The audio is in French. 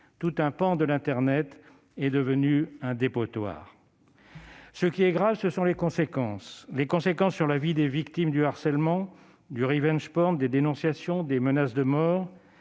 tout un pan de l'internet est devenu un dépotoir. Ce qui est grave, ce sont les conséquences, celles qui s'exercent sur la vie des victimes du harcèlement, du, des dénonciations, des menaces de mort.